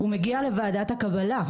הוא מגיע לוועדת הקבלה,